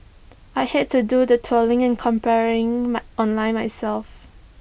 I hate to do the trawling and comparing my online myself